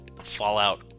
Fallout